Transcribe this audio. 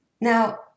Now